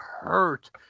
hurt